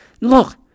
look